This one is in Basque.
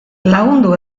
lagundu